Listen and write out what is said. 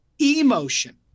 emotion